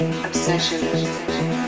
obsession